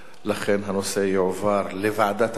לכן הנושא יועבר לוועדת הכנסת,